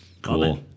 Cool